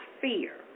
fear